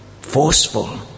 forceful